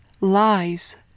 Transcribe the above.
lies